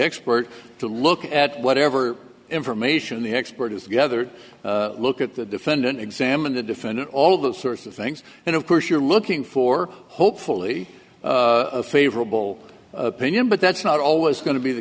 expert to look at whatever information the expert has gathered look at the defendant examine the defendant all those sorts of things and of course you're looking for hopefully a favorable opinion but that's not always going to be the